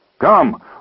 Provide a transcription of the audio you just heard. Come